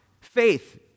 faith